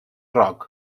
rock